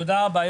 תודה רבה.